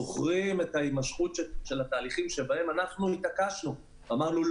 זוכר את הימשכות התהליכים שבהם אנחנו התעקשנו ואמרנו: